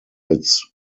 its